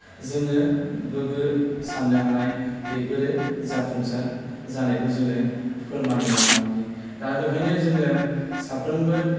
जोङो गोग्गो सान्नो हानाय बेफोरो जाफुंसार जानायखौ जोङो फोरमान दङ आरोखि दा बेखायनो जोङो साफ्रोमबो